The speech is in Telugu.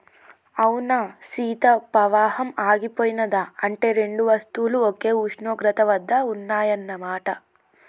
అవునా సీత పవాహం ఆగిపోయినది అంటే రెండు వస్తువులు ఒకే ఉష్ణోగ్రత వద్ద ఉన్నాయన్న మాట